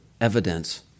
evidence